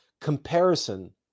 comparison